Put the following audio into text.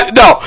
no